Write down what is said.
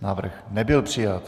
Návrh nebyl přijat.